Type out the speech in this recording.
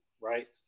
right